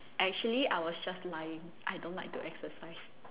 actually I was just lying I don't like to exercise